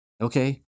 Okay